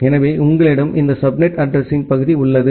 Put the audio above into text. எனவே உங்களிடம் இந்த சப்நெட் அட்ரஸிங்பகுதி உள்ளது